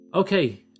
Okay